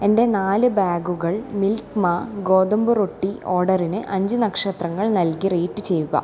എന്റെ നാല് ബാഗുകൾ മിൽക്ക് മാ ഗോതമ്പ് റൊട്ടി ഓർഡറിന് അഞ്ച് നക്ഷത്രങ്ങൾ നൽകി റേറ്റ് ചെയ്യുക